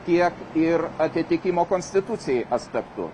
tiek ir atitikimo konstitucijai aspektu